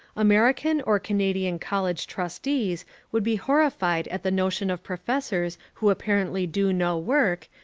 american or canadian college trustees would be horrified at the notion of professors who apparently do no work,